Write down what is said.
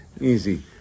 Easy